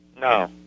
No